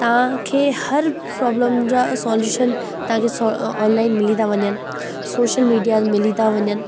तव्हांखे हर प्रोब्लम जा सॉल्यूशन तव्हांखे ऑनलाइन मिली था वञनि सोशल मीडिया में मिली था वञनि